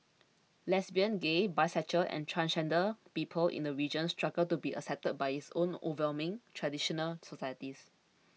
lesbian gay bisexual and transgender people in the region struggle to be accepted by its overwhelmingly traditional societies